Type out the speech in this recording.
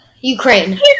Ukraine